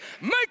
Make